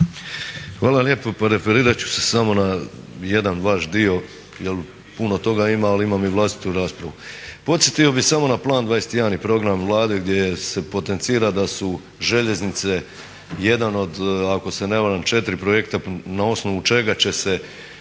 Hvala lijepo. Pa referirati ću se samo na jedan vaš dio jer puno toga ima ali imam i vlastitu raspravu. Podsjetio bih samo na plan 21. i program Vlade gdje se potencira gdje su željeznice jedan od ako se ne varam četiri projekta na osnovu čega će se